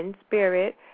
Spirit